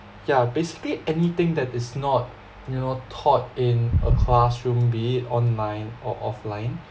yeah basically anything that is not you know taught in a classroom be it online or offline